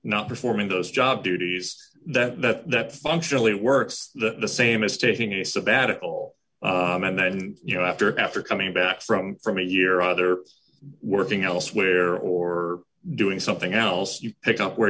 not performing those job duties that that functionally works the same as taking a sabbatical and then you know after after coming back from from a year either working elsewhere or doing something else you pick up where